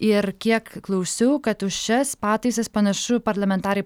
ir kiek klausiau kad už šias pataisas panašu parlamentarai